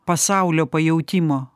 pasaulio pajautimo